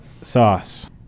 Sauce